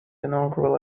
inaugural